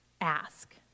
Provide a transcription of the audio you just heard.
ask